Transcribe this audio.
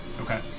Okay